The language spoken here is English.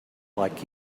like